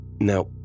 Now